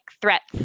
threats